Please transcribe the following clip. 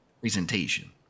presentation